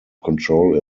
control